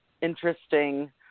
interesting